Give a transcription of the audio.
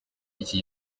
iki